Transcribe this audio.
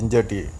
ginger tea